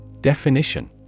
DEFINITION